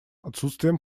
отсутствием